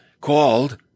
called